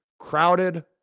crowded